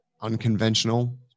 unconventional